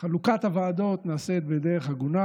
חלוקת הוועדות נעשית בדרך הגונה.